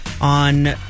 on